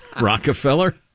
Rockefeller